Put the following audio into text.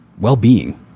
well-being